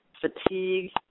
fatigue